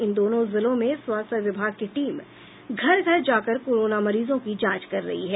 इन दोनों जिलों में स्वास्थ्य विभाग की टीम घर घर जाकर कोरोना मरीजों की जांच कर रही है